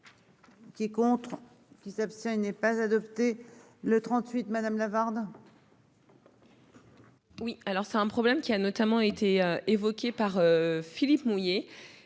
Qui contre qui s'abstient n'est pas adopté le 38 madame Lavarde. Oui, alors c'est un problème qui a notamment été évoquée par Philippe mouiller,